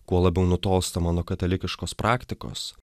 kuo labiau nutolstama nuo katalikiškos praktikos